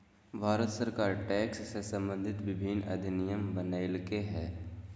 भारत सरकार टैक्स से सम्बंधित विभिन्न अधिनियम बनयलकय हइ